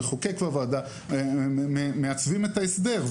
המחוקק בוועדה, מעצבת את ההסדר.